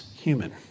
human